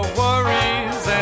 worries